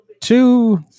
two